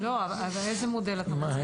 ויש לנו עוד